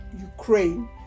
Ukraine